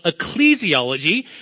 ecclesiology